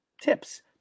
tips